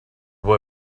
boy